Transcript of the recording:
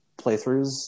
playthroughs